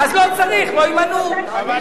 לא צריך, לא ימנו.